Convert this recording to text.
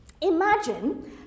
Imagine